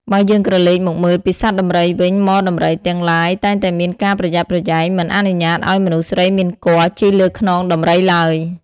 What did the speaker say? បើយើងក្រឡេកមកមើលពីសត្វដំរីវិញ ហ្មដំរីទាំងឡាយតែងតែមានការប្រយ័ត្នប្រយែង មិនអនុញ្ញាតឱ្យមនុស្សស្រីមានគភ៌ជិះលើខ្នងដំរីឡើយ។